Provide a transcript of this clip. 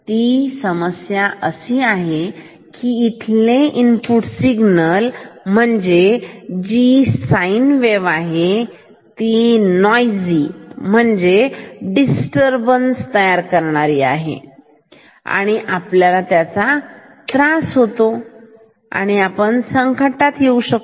ती समस्या आहे की इथले इनपुट सिग्नल म्हणजे जी साइन वेव्ह आहे नोईसी म्हणजे डिस्टर्ब करणारे आहे त्यामुळे आपल्याला त्रास होऊ शकतो आपण संकटात येऊ शकतो